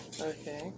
Okay